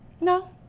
No